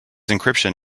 encryption